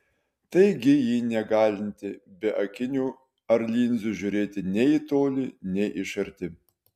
taigi ji negalinti be akinių ar linzių žiūrėti nei į tolį nei iš arti